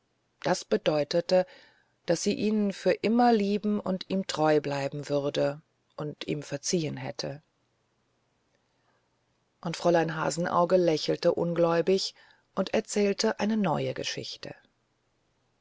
das bedeutete daß sie ihn für immer lieben und ihm treu bleiben würde und ihm verziehen hätte und fräulein hasenauge lächelte ungläubig und erzählt eine neue geschichte